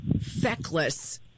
feckless